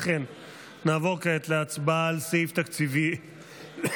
לכן נעבור כעת להצבעה על סעיף תקציבי 20,